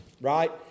right